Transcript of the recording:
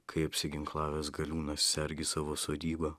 kai apsiginklavęs galiūnas sergi savo sodybą